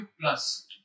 plus